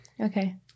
Okay